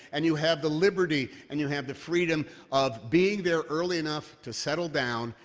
and you have the liberty and you have the freedom of being there early enough to settle down,